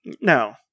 No